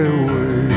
away